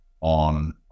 on